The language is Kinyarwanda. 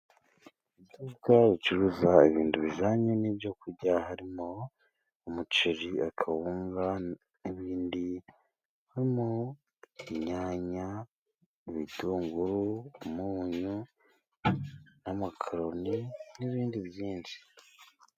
Iduka ricuruza ibintu bijyanye n'ibyo kurya, harimo umuceri, akawunga, n'ibindi, harimo inyanya, ibitunguru, umunyu, n'amakaroni, n'ibindi byinshi.